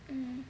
mm